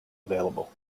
available